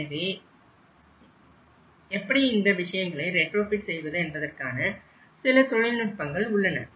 எனவே எப்படி இந்த விஷயங்களை ரெட்ரோஃபிட் செய்வது என்பதற்கான சில தொழில்நுட்பங்கள் உள்ளன